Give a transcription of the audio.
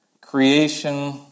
creation